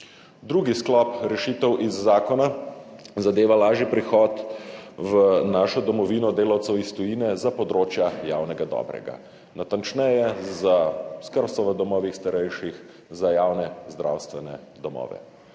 Drugi sklop rešitev iz zakona zadeva lažji prihod v našo domovino delavcev iz tujine za področja javnega dobrega. Natančneje za skrbstvo v domovih starejših, za javne zdravstvene domove.